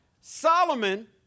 Solomon